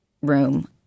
room